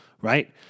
right